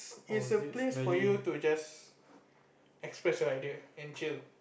is a place for you to just express your idea and chill